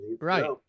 right